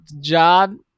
John